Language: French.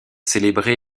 célébré